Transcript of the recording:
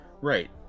right